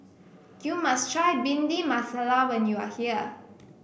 you must try Bhindi Masala when you are here